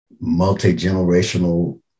multi-generational